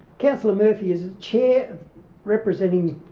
councillor murphy as chair representing